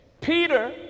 Peter